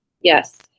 yes